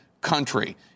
country